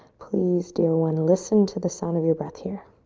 please, dear one, listen to the sound of your breath here.